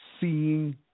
seeing